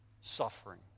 Suffering